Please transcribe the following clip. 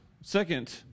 second